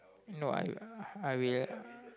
no I I will